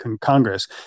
congress